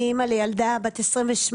אני אימא לילדה בל 28,